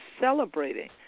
celebrating